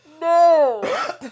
No